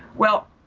well,